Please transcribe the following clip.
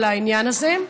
על העניין הזה: